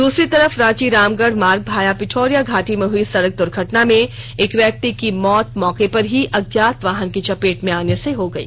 दूसरी तरफ रांची रामगढ़ मार्ग भाया पिठौरिया घाटी में हुई सड़क दुर्घटना में एक व्यक्ति की मौत मौके पर ही अज्ञात वाहन की चपेट में आने से हो गई